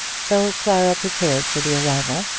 so clara prepared for the arrival,